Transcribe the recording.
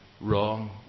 wrong